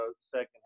second